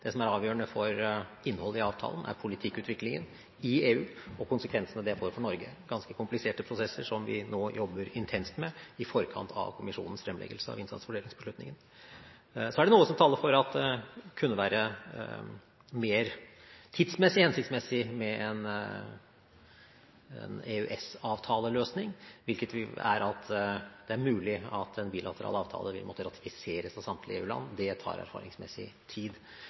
Det som er avgjørende for innholdet i avtalen, er politikkutviklingen i EU og konsekvensene det får for Norge, ganske kompliserte prosesser som vi nå jobber intenst med i forkant av kommisjonens fremleggelse av innsatsfordelingsbeslutningen. Så er det noe som taler for at det tidsmessig kunne være mer hensiktsmessig med en EØS-avtaleløsning, hvilket er at det er mulig at en bilateral avtale vil måtte ratifiseres av samtlige EU-land. Det tar erfaringsmessig tid.